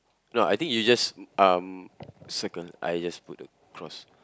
no I think you just um circle I just put the cross